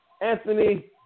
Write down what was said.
Anthony